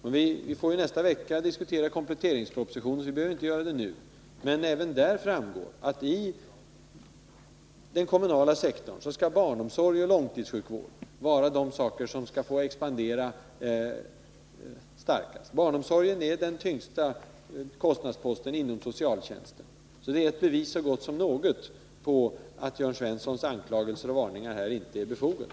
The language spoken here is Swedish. Vi får nästa vecka diskutera kompletteringspropositionen, så vi behöver inte göra det nu. Men även där framgår att barnomsorg och långtidssjukvård skall sättas främst inom den kommunala sektorn. Barnomsorgen är den tyngsta kostnadsposten inom socialtjänsten. Det är ett bevis så gott som något för att Jörn Svenssons anklagelser och varningar inte är befogade.